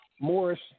Morris